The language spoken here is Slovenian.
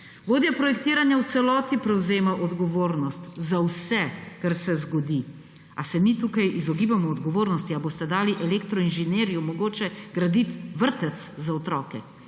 Vodja projektiranja v celoti prevzema odgovornost za vse, kar se zgodi. A se mi tukaj izogibamo odgovornosti, a boste dali elektroinženirju mogoče graditi vrtec za otroke?